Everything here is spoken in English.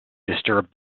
disturbed